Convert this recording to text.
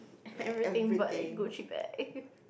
everything but that Gucci bag